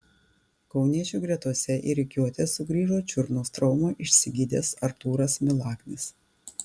kauniečių gretose į rikiuotę sugrįžo čiurnos traumą išsigydęs artūras milaknis